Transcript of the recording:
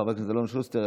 חבר הכנסת אלון שוסטר,